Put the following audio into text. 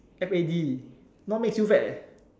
F A D not makes you fat leh